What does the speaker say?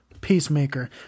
Peacemaker